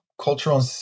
cultural